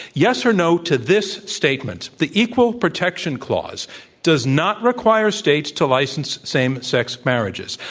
yes, or, no, to this statement, the equal protection clause does not require states to license same sex marriages,